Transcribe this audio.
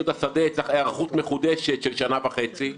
את השדה צריך היערכות מחודשת של שנה וחצי.